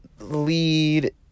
lead